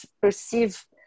perceive